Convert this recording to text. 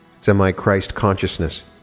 semi-Christ-consciousness